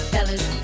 Fellas